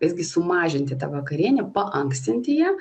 visgi sumažinti tą vakarienę paankstinti ją